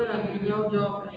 mm